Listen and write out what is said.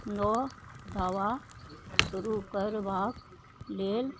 नओ दावा शुरू करबाक लेल